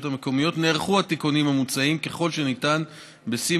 לרשויות המקומיות נערכו התיקונים המוצעים ככל הניתן בשים